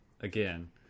again